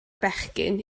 bechgyn